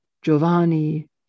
Giovanni